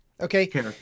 okay